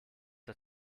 der